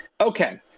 okay